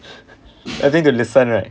nothing to listen right